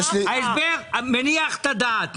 ההסבר מניח את הדעת.